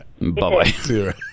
Bye